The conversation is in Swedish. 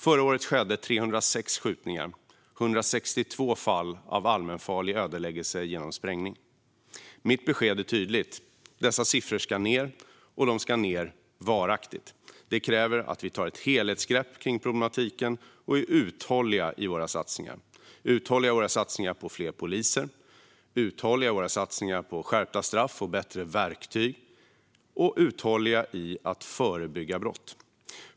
Förra året skedde 306 skjutningar och 162 fall av allmänfarlig ödeläggelse genom sprängning. Mitt besked är tydligt: Dessa siffror ska ned, och de ska ned varaktigt. Det kräver att vi tar ett helhetsgrepp kring problematiken och är uthålliga i våra satsningar. Vi behöver vara uthålliga i våra satsningar på fler poliser, uthålliga i våra satsningar på skärpta straff och bättre verktyg och uthålliga i arbetet med att förebygga brott.